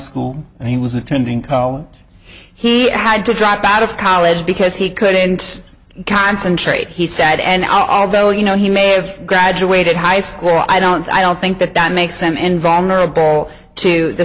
school and he was attending though he had to drop out of college because he couldn't concentrate he said and although you know he may have graduated high school i don't i don't think that that makes them involved noble to the